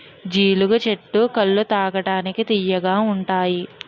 జీలుగు చెట్టు కల్లు తాగడానికి తియ్యగా ఉంతాయి